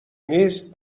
نیست